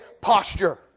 posture